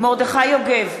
מרדכי יוגב,